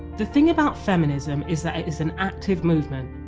the thing about feminism is that it is an active movement.